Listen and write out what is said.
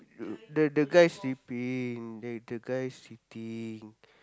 the the guy sleeping the the guy sitting